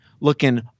looking